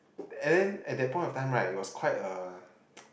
and then at that point of time right it was quite a